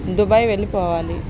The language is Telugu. దుబాయ్ వెళ్ళిపోవాలి